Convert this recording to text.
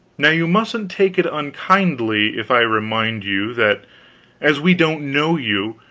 now you mustn't take it unkindly if i remind you that as we don't know you,